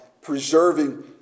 preserving